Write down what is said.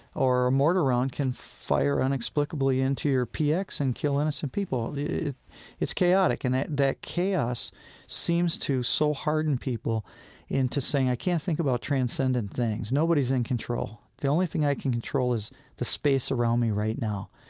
or a mortar round can fire inexplicably into your px and kill innocent people. it's chaotic. and that chaos seems to so harden people into saying, i can't think about transcendent things. nobody's in control. the only thing i can control is the space around me right now.